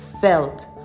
felt